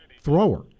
thrower